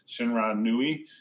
Shinranui